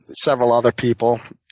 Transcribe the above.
several other people.